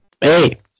Hey